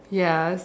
ya